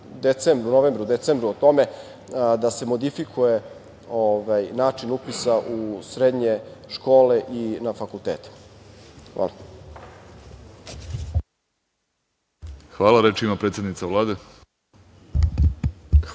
novembru, decembru o tome da se modifikuje način upisa u srednje škole i na fakultete. Hvala. **Vladimir Orlić** Hvala. Reč